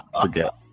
forget